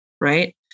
right